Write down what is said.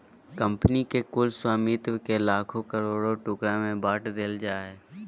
company के कुल स्वामित्व के लाखों करोड़ों टुकड़ा में बाँट देल जाय हइ